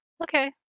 Okay